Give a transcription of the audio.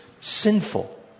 sinful